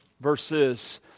verses